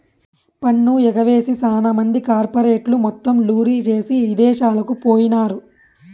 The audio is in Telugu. పన్ను ఎగవేసి సాన మంది కార్పెరేట్లు మొత్తం లూరీ జేసీ ఇదేశాలకు పోయినారు